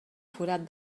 forat